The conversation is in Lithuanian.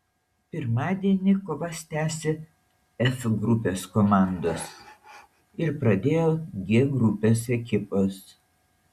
pirmadienį kovas tęsė f grupės komandos ir pradėjo g grupės ekipos